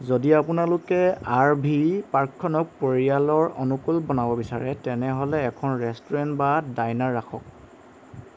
যদি আপোনালোকে R V পাৰ্কখনক পৰিয়ালৰ অনুকূল বনাব বিচাৰে তেনেহ'লে এখন ৰেষ্টুৰেন্ট বা ডাইনাৰ ৰাখক